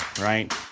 right